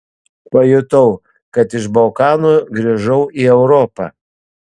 pajutau kad iš balkanų grįžau į europą